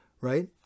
right